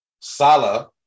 Salah